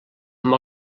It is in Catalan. amb